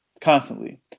constantly